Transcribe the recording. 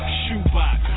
shoebox